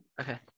Okay